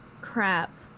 crap